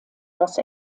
los